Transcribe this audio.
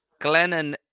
Glennon